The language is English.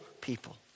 people